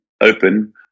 open